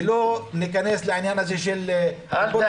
ולא להיכנס לעניין הזה של קופות